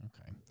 Okay